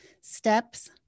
steps